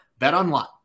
BetOnline